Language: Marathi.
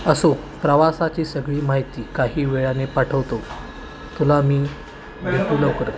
असो प्रवासाची सगळी माहिती काही वेळाने पाठवतो तुला मी भेटू लवकरच